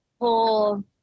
whole